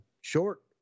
Short